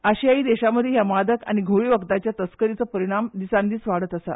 आशियायी देशां मदीं ह्या मादक आनी घूंवळे वखदांच्या तस्करीचो परिणाम दिसानदीस वाडत आसा